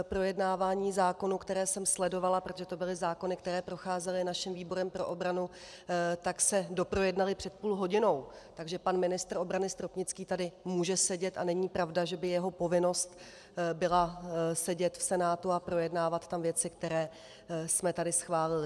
Projednávání zákonů, které jsem sledovala, protože to byly zákony, které procházely naším výborem pro obranu, se doprojednaly před půl hodinou, takže pan ministr obrany Stropnický tady může sedět, a není pravda, že by jeho povinnost byla sedět v Senátu a projednávat tam věci, které jsme tady schválili.